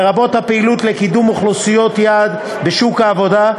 לרבות הפעילות לקידום אוכלוסיות יעד בשוק העבודה,